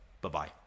Bye-bye